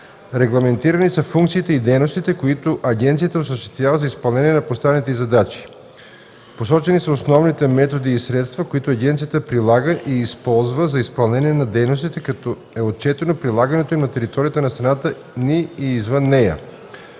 Регламентирани са функциите и дейностите, които агенцията осъществява за изпълнение на поставените й задачи. Посочени са основните методи и средства, които агенцията прилага и използва за изпълнение на дейностите, като е отчетено прилагането им на територията на страната ни и извън нея.